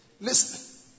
Listen